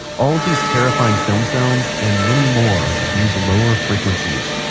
all of these terrifying film sounds and many more use lower frequencies